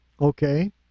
Okay